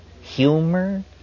humor